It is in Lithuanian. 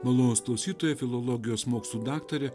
malonūs klausytojai filologijos mokslų daktarė